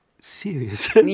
serious